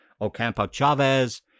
Ocampo-Chavez